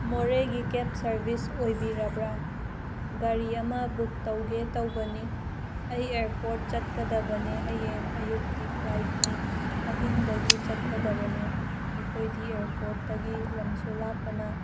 ꯃꯣꯔꯦꯒꯤ cab service ꯑꯣꯏꯕꯤꯔꯕ꯭ꯔꯥ ꯒꯥꯔꯤ ꯑꯃ ꯕꯨꯛ ꯇꯧꯒꯦ ꯇꯧꯕꯅꯤ ꯑꯩ ꯑꯦꯌꯥꯔꯄꯣꯔꯠ ꯆꯠꯀꯗꯕꯅꯦ ꯍꯌꯦꯡ ꯑꯌꯨꯛꯀꯤ ꯐ꯭ꯂꯥꯏꯠꯅꯤ ꯑꯍꯤꯡꯗꯒꯤ ꯆꯠꯀꯗꯕꯅꯦ ꯑꯩꯈꯣꯏꯗꯤ ꯑꯦꯌꯥꯔꯄꯣꯔꯠꯇꯒꯤ ꯂꯝꯁꯨ ꯂꯥꯞꯄꯅ